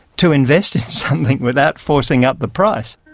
to invest in something without forcing up the price.